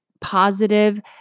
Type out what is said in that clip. positive